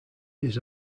his